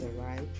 right